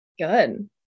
Good